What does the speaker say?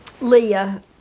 Leah